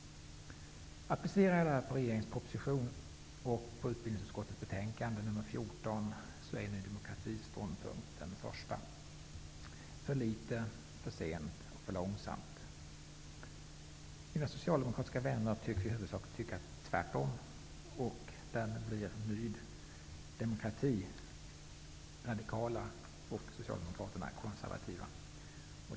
Applicerat på regeringens proposition och utbildningsutskottets betänkande 14 är Ny demokratis ståndpunkt det första: för litet, för sent, för långsamt. Mina socialdemokratiska vänner tycks i huvudsak tycka tvärtom. Därmed blir nydemokraterna radikala och socialdemokraterna konservativa.